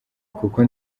kuko